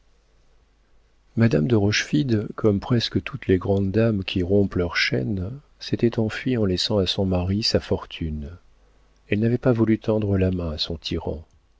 madame de rochefide comme presque toutes les grandes dames qui rompent leur chaîne s'était enfuie en laissant à son mari sa fortune elle n'avait pas voulu tendre la main à son tyran